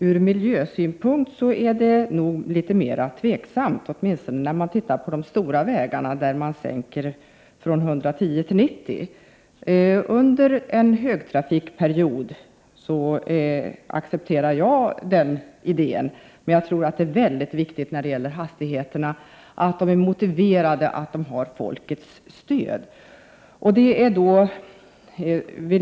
Ur miljösynpunkt är det nog litet mera tveksamt, åtminstone när man tittar på de stora vägarna, där hastigheten sänks från 110 till 90 km/tim. Jag accepterar den idén under en högtrafikperiod. Men jag tror att det är viktigt att hastigheterna är motiverade och har folkets stöd.